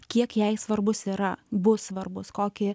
kiek jai svarbus yra bus svarbus kokį